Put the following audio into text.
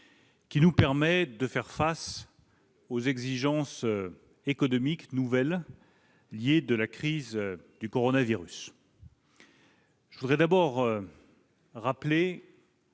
doit nous permettre de faire face aux exigences économiques nouvelles liées à la crise du coronavirus. Je voudrais d'abord rappeler